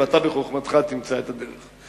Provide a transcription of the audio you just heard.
ואתה בחוכמתך תמצא את הדרך.